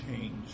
change